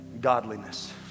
godliness